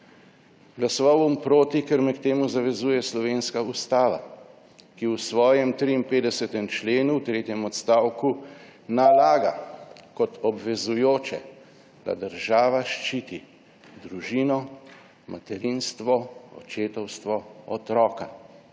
Glasoval bom proti, ker me k temu zavezuje slovenska Ustava, ki v svojem 53. členu v tretjem odstavku nalaga kot obvezujoče, da država ščiti družino, materinstvo, očetovstvo, otroka.